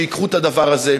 שייקחו את הדבר הזה,